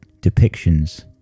depictions